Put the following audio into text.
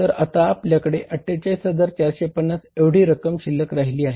तर आत्ता आपल्याकडे 48450 एवढी रक्कम शिल्लक राहिली आहे